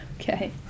Okay